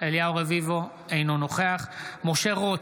אינו נוכח משה רוט,